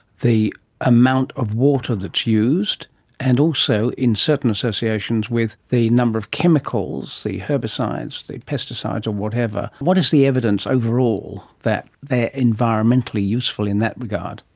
the amount of water that's used and also in certain associations with the number of chemicals, the herbicides, the pesticides and whatever. what is the evidence overall that they are environmentally useful in that regard?